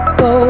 go